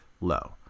low